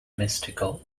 mystical